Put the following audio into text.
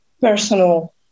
personal